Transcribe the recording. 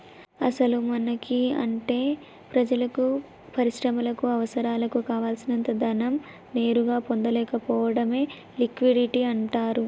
అసలు మనకి అంటే ప్రజలకు పరిశ్రమలకు అవసరాలకు కావాల్సినంత ధనం నేరుగా పొందలేకపోవడమే లిక్విడిటీ అంటారు